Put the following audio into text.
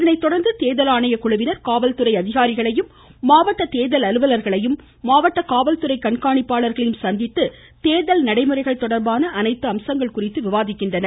இதனைத் தொடர்ந்து தேர்தல் ஆணையக்குழுவினர் காவல்துறை அதிகாரிகளையும் மாவட்ட தேர்தல் அலுவலர்களையும் மாவட்ட காவல்துறை கண்காணிப்பாளர்களையும் சந்திந்து தேர்தல் நடைமுறைகள் தொடர்பான அனைத்து அம்சங்கள் குறித்தும் விவாதிக்கின்றனர்